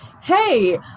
hey